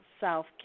South